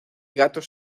gatos